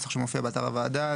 הוא מופיע באתר הוועדה,